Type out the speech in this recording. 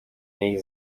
niej